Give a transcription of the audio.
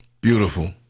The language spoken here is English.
Beautiful